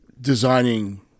designing